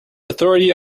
authority